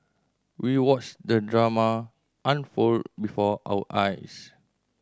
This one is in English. we watched the drama unfold before our eyes